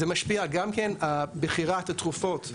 זה משפיע גם כן על בחירת התרופות,